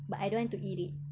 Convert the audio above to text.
but I don't want to eat it